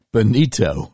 Benito